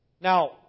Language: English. Now